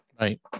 Right